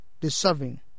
deserving